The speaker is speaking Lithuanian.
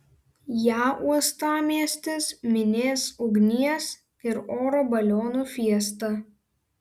ją uostamiestis minės ugnies ir oro balionų fiesta